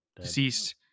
deceased